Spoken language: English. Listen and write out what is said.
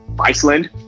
Iceland